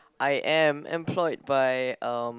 I am employed by um